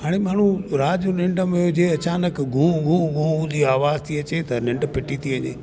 हाणे माण्हू राति जो निंड में हुजे अचानक गू गू गू हूंदी आहे अवाज़ थी अचे त निंड फिटी थी वञे